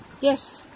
yes